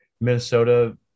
Minnesota